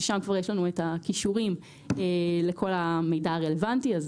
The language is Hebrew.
שם כבר יש לנו את הקישורים לכל המידע הרלוונטי הזה.